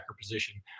position